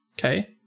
okay